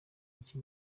iki